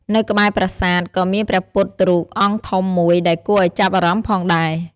នៅក្បែរប្រាសាទ ក៏មានព្រះពុទ្ធរូបអង្គធំមួយដែលគួរឱ្យចាប់អារម្មណ៍ផងដែរ។